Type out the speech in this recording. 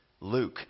Luke